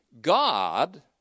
God